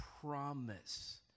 promise